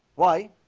why?